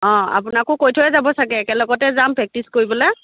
অঁ আপোনাকো কৈ থৈয়ে যাব ছাগৈ একেলগতে যাম প্ৰেক্টিচ কৰিবলৈ